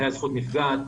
מתי הזכות נפגעת,